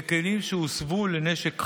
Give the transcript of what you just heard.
ככלים שהוסבו לנשק חי,